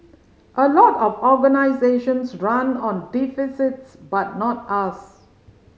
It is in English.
a lot of organisations run on deficits but not us